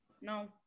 No